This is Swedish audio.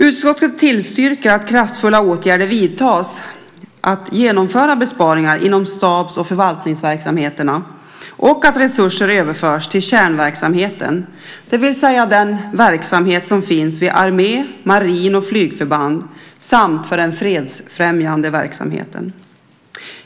Utskottet tillstyrker att kraftfulla åtgärder vidtas för att genomföra besparingar inom stabs och förvaltningsverksamheterna och att resurser överförs till kärnverksamheten, det vill säga den verksamhet som finns vid armé-, marin och flygförband samt för den fredsfrämjande verksamheten.